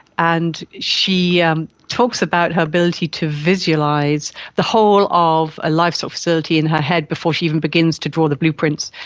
and she um talks about her ability to visualise the whole of a livestock facility in her head before she even begins to draw the blueprints.